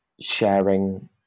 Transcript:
sharing